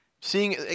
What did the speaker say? seeing